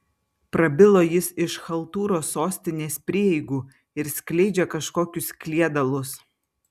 prabilo jis iš chaltūros sostinės prieigų ir skleidžia kažkokius kliedalus